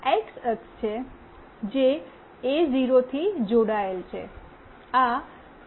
આ એક્સ અક્ષ છે જે એ0 થી જોડાયેલ છે